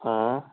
آ